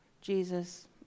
Jesus